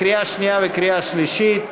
לקריאה שנייה ולקריאה שלישית.